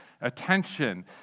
attention